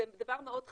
זה דבר מאוד חד,